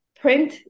print